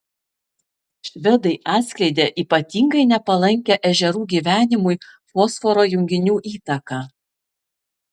švedai atskleidė ypatingai nepalankią ežerų gyvenimui fosforo junginių įtaką